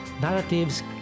narratives